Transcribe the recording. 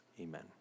Amen